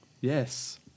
Yes